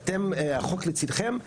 ואתם החוק לצידכם,